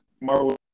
Marvel